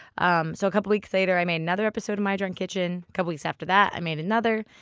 um so a couple weeks later i made another episode of my drunk kitchen. a couple weeks after that i made another.